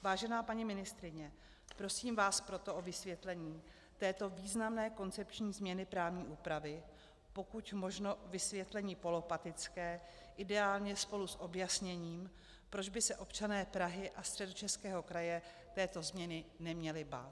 Vážená paní ministryně, prosím vás proto o vysvětlení této významné koncepční změny právní úpravy, pokud možno vysvětlení polopatické, ideálně spolu s objasněním, proč by se občané Prahy a Středočeského kraje této změny neměli bát.